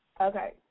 Okay